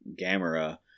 Gamera